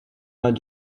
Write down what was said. not